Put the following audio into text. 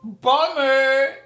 bummer